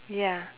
ya